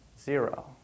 Zero